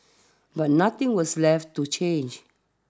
but nothing was left to change